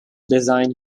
design